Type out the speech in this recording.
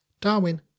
Darwin